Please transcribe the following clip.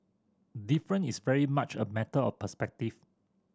different is very much a matter of perspective